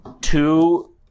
two